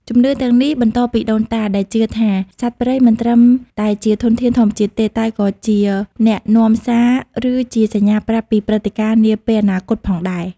ជំនឿទាំងនេះបន្តពីដូនតា ដែលជឿថា សត្វព្រៃមិនត្រឹមតែជាធនធានធម្មជាតិទេ តែក៏ជាអ្នកនាំសារ ឬជាសញ្ញាប្រាប់ពីព្រឹត្តិការណ៍នាពេលអនាគតផងដែរ។